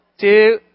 two